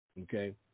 Okay